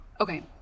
Okay